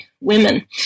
women